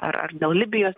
ar ar dėl libijos